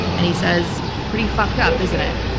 and he says, pretty fucked up, isn't it?